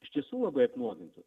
iš tiesų labai apnuogintų